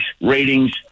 ratings